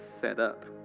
setup